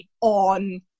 on